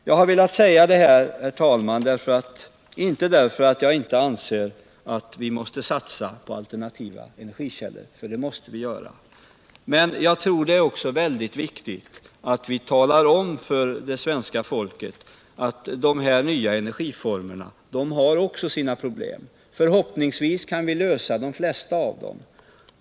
Jag har velat säga detta, herr talman, inte därför att jag inte anser alt vi måste satsa på alternativa energikällor, för det måste vi göra, utan därför att jag tror att det är väldigt viktigt att vi talar om för svenska folket att dessa nya energiformer också har sina problem. Förhoppningsvis kan vi lösa de flesta av dem.